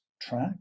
track